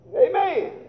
amen